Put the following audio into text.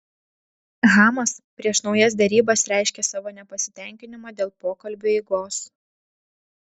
hamas prieš naujas derybas reiškė savo nepasitenkinimą dėl pokalbių eigos